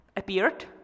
appeared